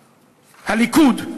הליכוד.